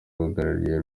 uhagarariye